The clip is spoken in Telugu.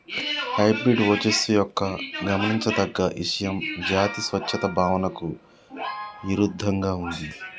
హైబ్రిడ్ ఓజస్సు యొక్క గమనించదగ్గ ఇషయం జాతి స్వచ్ఛత భావనకు ఇరుద్దంగా ఉంది